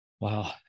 Wow